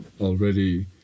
already